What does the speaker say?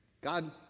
God